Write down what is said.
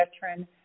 veteran